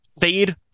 fade